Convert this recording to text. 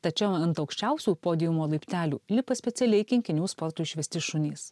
tačiau ant aukščiausių podiumo laiptelių lipa specialiai kinkinių sportui išveisti šunys